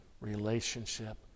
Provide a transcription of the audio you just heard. relationship